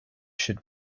should